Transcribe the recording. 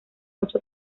ocho